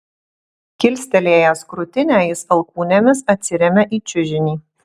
kilstelėjęs krūtinę jis alkūnėmis atsiremia į čiužinį